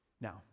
Now